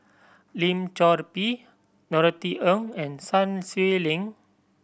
Lim Chor Pee Norothy Ng and Sun Xueling